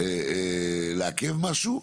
לעכב משהו,